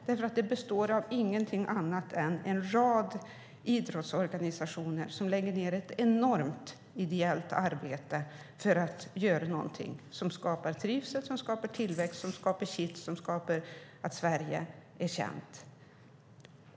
Detta består nämligen av en rad idrottsorganisationer som lägger ned ett enormt ideellt arbete för att göra någonting som skapar trivsel, tillväxt och kitt och gör Sverige känt.